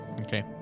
okay